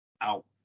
out